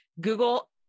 Google